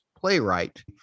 playwright